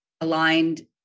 aligned